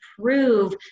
prove